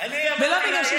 ולא בגלל,